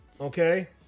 okay